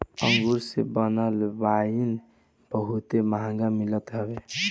अंगूर से बनल वाइन बहुते महंग मिलत हवे